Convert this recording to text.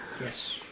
yes